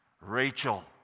Rachel